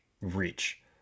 reach